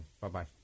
Bye-bye